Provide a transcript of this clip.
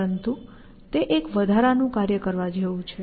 પરંતુ તે એક વધારાનું કાર્ય કરવા જેવું છે